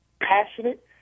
passionate